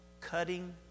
cutting